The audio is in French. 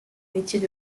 métiers